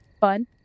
fun